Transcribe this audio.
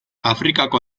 afrikako